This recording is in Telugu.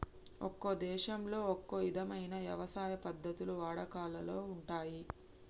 ఒక్కో దేశంలో ఒక్కో ఇధమైన యవసాయ పద్ధతులు వాడుకలో ఉంటయ్యి